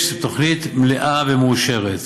יש תוכנית מלאה ומאושרת.